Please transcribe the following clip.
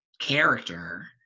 character